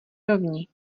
rovni